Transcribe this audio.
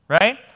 right